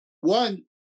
One